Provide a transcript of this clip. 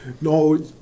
No